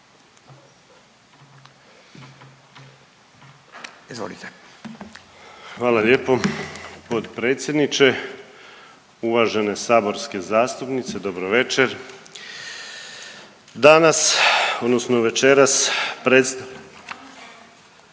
(HDZ)** Hvala lijepo potpredsjedniče. Uvažene saborske zastupnice, dobro večer. Danas, odnosno večeras .../Upadica